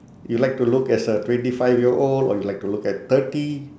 you like to look as a twenty five year old or you like to look at thirty